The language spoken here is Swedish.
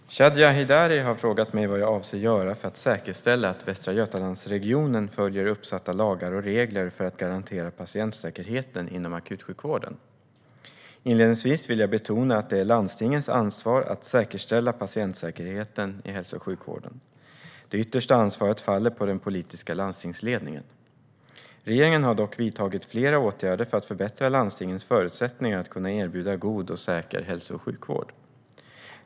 Svar på interpellationer Fru talman! Shadiye Heydari har frågat mig vad jag avser att göra för att säkerställa att Västra Götalandsregionen följer uppsatta lagar och regler för att garantera patientsäkerheten inom akutsjukvården. Inledningsvis vill jag betona att det är landstingens ansvar att säkerställa patientsäkerheten i hälso och sjukvården. Det yttersta ansvaret faller på den politiska landstingsledningen. Regeringen har dock vidtagit flera åtgärder för att förbättra landstingens förutsättningar att kunna erbjuda god och säker hälso och sjukvård.